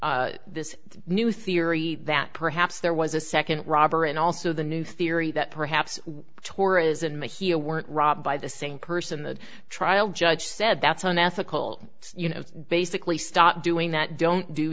this new theory that perhaps there was a second robber and also the new theory that perhaps tourism may here weren't robbed by the same person the trial judge said that's an ethical you know basically stop doing that don't do